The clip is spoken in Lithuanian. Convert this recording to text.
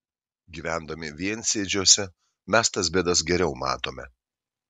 gyvendami viensėdžiuose mes tas bėdas geriau matome